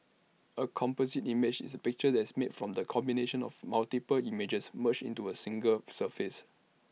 A composite image is A picture that's made from the combination of multiple images merged into A single surface